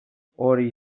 hori